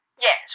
Yes